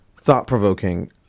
thought-provoking